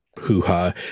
hoo-ha